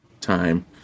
time